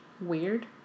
Weird